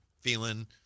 feeling